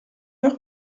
heure